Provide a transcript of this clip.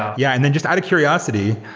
yeah and then just out of curiosity,